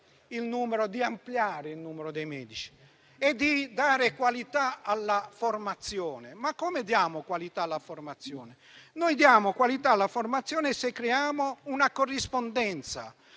di ampliare il numero dei medici e di dare qualità alla formazione. Come possiamo far ciò? Noi diamo qualità alla formazione se creiamo una corrispondenza